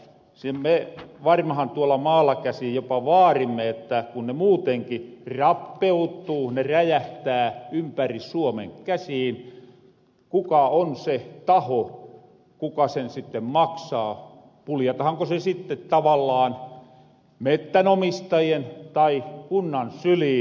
me varmahan tuolla maalla käsin jopa vaarimme kun ne muutenki rappeutuu ne räjähtää ympäri suomen käsiin kuka on se taho kuka sen sitten maksaa puljatahanko se sitten tavallaan mettän omistajien tai kunnan syliin